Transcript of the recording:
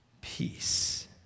Peace